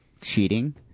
cheating